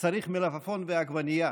צריך מלפפון ועגבנייה.